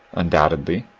undoubtedly,